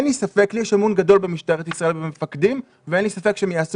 לי יש אמון גדול במשטרת ישראל ובמפקדים ואין לי ספק שהם יעשו